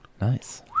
Nice